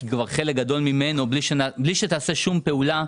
כי כבר חלק גדול ממנו הוצמד למדד בלי שעשית שום פעולה.